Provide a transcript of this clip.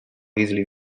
easily